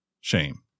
Shame